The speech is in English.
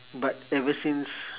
but ever since